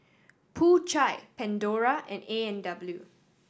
Po Chai Pandora and A and W